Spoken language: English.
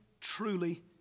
truly